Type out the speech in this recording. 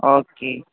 okay